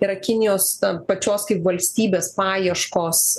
yra kinijos na pačios kaip valstybės paieškos